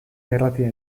irratia